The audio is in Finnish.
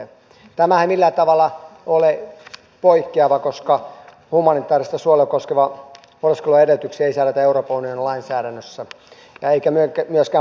tämähän ei millään tavalla ole poikkeava koska humanitaarista suojelua koskevan oleskeluluvan edellytyksistä ei säädetä euroopan unionin lainsäädännössä eikä myöskään pakolaissopimuksissa